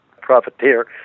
profiteer